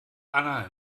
anna